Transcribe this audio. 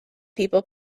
people